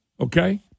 okay